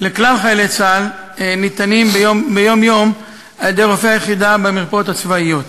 לכלל חיילי צה"ל ניתנים ביום-יום על-ידי רופאי היחידה במרפאות הצבאיות.